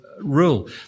rule